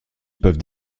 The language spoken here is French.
peuvent